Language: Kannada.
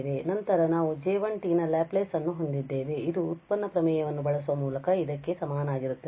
ತದನಂತರ ನಾವು j1 ನ ಲ್ಯಾಪ್ಲೇಸ್ ಅನ್ನು ಹೊಂದಿದ್ದೇವೆ ಇದು ವ್ಯುತ್ಪನ್ನ ಪ್ರಮೇಯವನ್ನು ಬಳಸುವ ಮೂಲಕ ಇದಕ್ಕೆ ಸಮನಾಗಿರುತ್ತದೆ